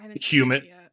human